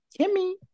Kimmy